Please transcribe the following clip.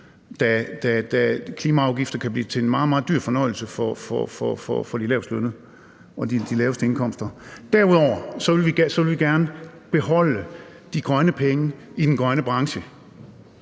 da klimaafgifter kan blive til en meget, meget dyr fornøjelse for de lavestlønnede, de laveste indkomster. Derudover vil vi gerne beholde de grønne penge i den grønne branche.